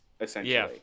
essentially